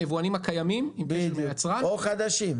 היבואנים הקיימים --- או חדשים.